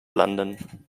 london